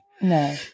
No